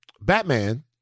batman